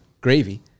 gravy